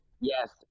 Yes